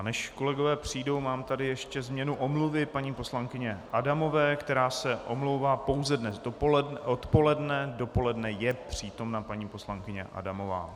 Než kolegové přijdou, mám tady ještě změnu omluvy paní poslankyně Adamové, která se omlouvá pouze dnes odpoledne, dopoledne je přítomna paní poslankyně Adamová.